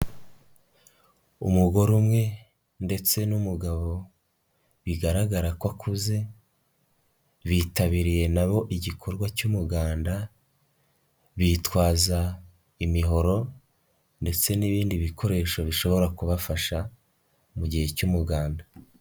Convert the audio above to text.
Umugore umwe ndetse n'umugabo bigaragara ko akuze, bitabiriye na bo igikorwa cy'umuganda bitwaza imihoro ndetse n'ibindi bikoresho bishobora kubafasha mu gihe cy'umuganda.